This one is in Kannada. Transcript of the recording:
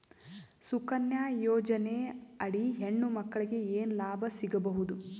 ಸುಕನ್ಯಾ ಯೋಜನೆ ಅಡಿ ಹೆಣ್ಣು ಮಕ್ಕಳಿಗೆ ಏನ ಲಾಭ ಸಿಗಬಹುದು?